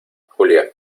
julia